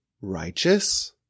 righteous